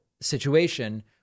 situation